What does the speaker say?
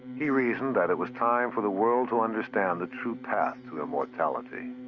he reasoned that it was time for the world to understand the true path to immortality.